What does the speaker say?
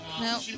No